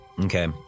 Okay